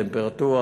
טמפרטורה,